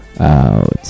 out